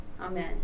Amen